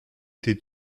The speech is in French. été